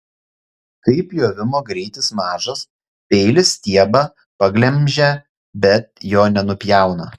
kai pjovimo greitis mažas peilis stiebą paglemžia bet jo nenupjauna